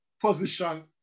position